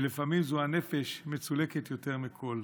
ולפעמים זו הנפש שמצולקת יותר מכול,